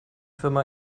firma